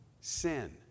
Sin